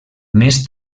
més